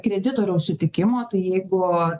kreditoriaus sutikimo tai jeigu